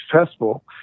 successful